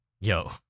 yo